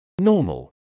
normal